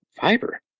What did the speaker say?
fiber